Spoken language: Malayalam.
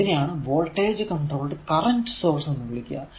ഇതിനെയാണ് വോൾടേജ് കൺട്രോൾഡ് കറന്റ് സോഴ്സ് എന്ന് വിളിക്കുക